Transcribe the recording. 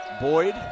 Boyd